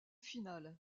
final